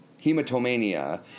Hematomania